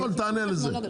קודם כל תענה על זה.